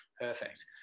perfect